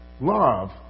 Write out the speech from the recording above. Love